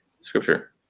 scripture